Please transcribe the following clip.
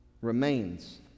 remains